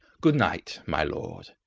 good-night, my lord.